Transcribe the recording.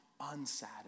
unsatisfied